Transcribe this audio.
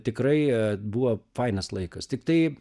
tikrai buvo fainas laikas tiktai